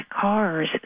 cars